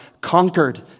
conquered